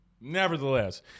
Nevertheless